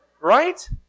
Right